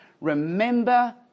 Remember